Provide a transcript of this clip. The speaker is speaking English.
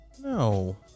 No